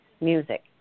music